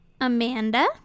Amanda